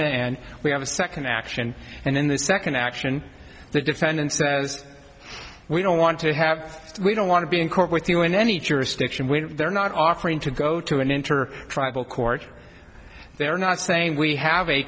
and we have a second action and then the second action the defendant says we don't want to have we don't want to be in court with you in any jurisdiction when they're not offering to go to an intern or tribal court they're not saying we have a